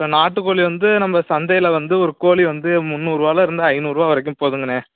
இப்போ நாட்டுக்கோழி வந்து நம்ம சந்தையில் வந்து ஒரு கோழி வந்து முந்நூறுவாவில இருந்து ஐந்நூறுரூவா வரைக்கும் போதுங்கண்ணே